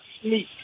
sneak